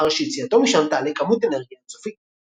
מאחר שיציאתו משם תעלה כמות אנרגיה אינסופית.